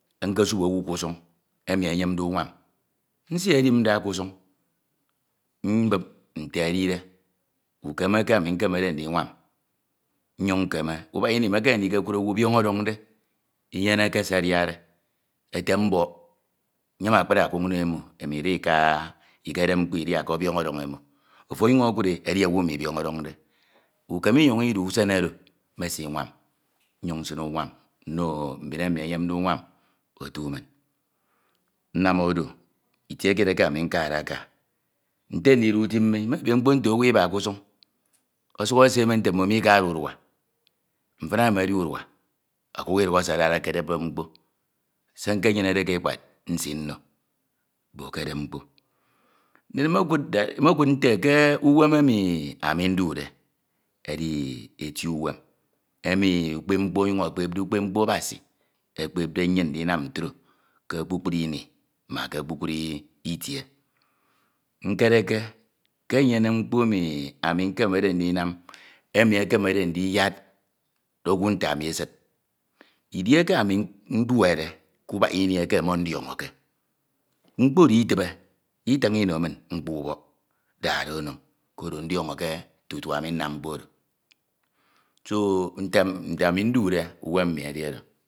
nkesube owu kusuñ emi enyemde unwami nsidedip nda kusun mbujo nte edide ukeme eke ami nkemede ndmioam nnyin nkeme ubak ini emekeme ndikud owu biọñ ọdọñde inyeneke se adiade ete mbọk nyem akpn ọkuk no emo emo ida ika ikedip mkpo idia ke biọñ ọdọñ emo ofo ọnyiñ okude edi owu emi biọn ọdọñde. Ukeme myin idu usen oro mesinwam nyin usin unwam nno mbin emi eyende unwam otu min. Nnam oro itie kied eke ami nkanka. Nke ndide utim mi, mmebe mkpo nte owu iba kusu ọsuk oseme nte mmimo ikude urua mfin emi edi uma ọkuk idiokhọ se adoide edep mkpo se nke nyene ke ekpad nsi nno bo ke dip mkpo mmokud nte ke uwem emi ami ndude edi eti uwem emi ukpe mkpo ọnyin ekpepde ukpep mkpo Abasi ekpepde nnyin ndinam ntro ke kpupru ini ma ke kphkpuru itie nkereke ke enyene mkpo emi ami nkemede ndynam emi ekemede ndiyed owu nte ami esid idieke ami nduede kubak ini eke me ndiọñọke, mkpo oro iti e utiñ ino inñi mkpo ubọk daha do no inñ koro ndiọñọke tutu ami nnam mkpo ono do, so nte ami ndude umem mmi edi oro